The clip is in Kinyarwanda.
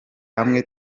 hamwe